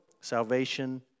salvation